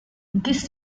this